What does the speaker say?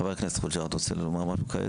חבר הכנסת חוג'יראת, בבקשה.